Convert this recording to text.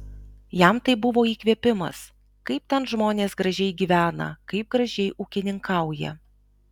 jam tai buvo įkvėpimas kaip ten žmonės gražiai gyvena kaip gražiai ūkininkauja